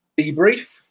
debrief